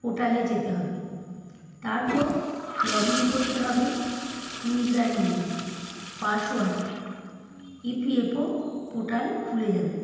পোর্টালে যেতে হবে তারপর লগ ইন করতে হবে user name password EPFO portal খুলে যাবে